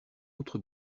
autre